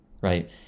right